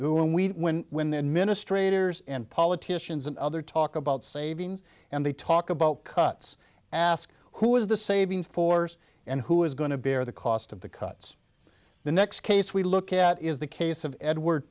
whom we when when the administrators and politicians and other talk about savings and they talk about cuts ask who is the saving force and who is going to bear the cost of the cuts the next case we look at is the case of edward